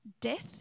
death